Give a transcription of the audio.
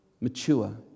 mature